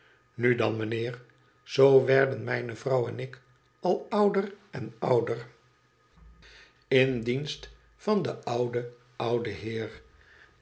na dan mijnheer zoo werden mijne vrouw en ik al ouder en ouder in dienst yas den ouden ouden heer